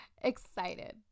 excited